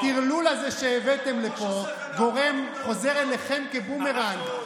הטרלול הזה שהבאתם לפה חוזר אליכם כבומרנג.